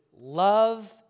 love